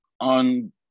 on